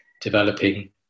developing